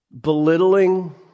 Belittling